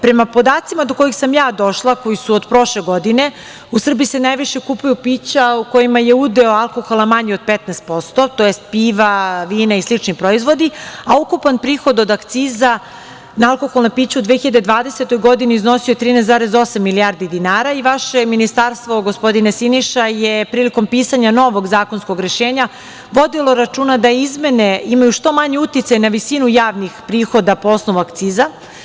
Prema podacima do kojih sam ja došla, koji su od prošle godine, u Srbiji se najviše kupuju pića u kojima je udeo alkohola manji od 15%, tj. piva, vina i slični proizvodi, a ukupan prihod od akciza na alkoholna pića u 2020. godini iznosio je 13,8 milijardi dinara i vaše je ministarstvo, gospodine Siniša, prilikom pisanja novog zakonskog rešenja, vodilo računa da izmene imaju što manji uticaj na visinu javnih prihoda po osnovu akciza.